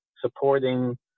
supporting